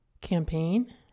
campaign